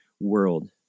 world